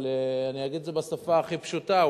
אבל אני אגיד את זה בשפה הכי פשוטה,